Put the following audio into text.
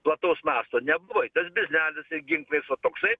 plataus masto nebuvo tas biznelis ir ginklais o toksai